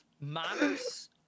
manners